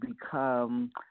become